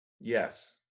Yes